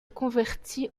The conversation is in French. convertit